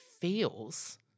feels